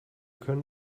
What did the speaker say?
können